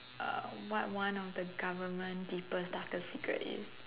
uh what one of the government deepest darkest secret is